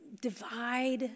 divide